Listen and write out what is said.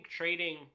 trading